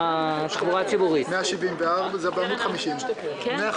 כלכליסט בפברואר: "מדובר בחודש ינואר הגרוע מזה 15 שנה,